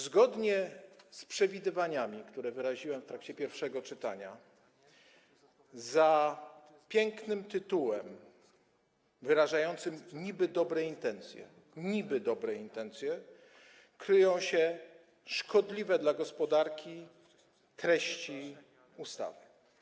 Zgodnie z przewidywaniami, które przedstawiłem w trakcie pierwszego czytania, za pięknym tytułem wyrażającym niby-dobre intencje - niby-dobre intencje - kryją się szkodliwe dla gospodarki treści ustawy.